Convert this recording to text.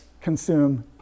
consume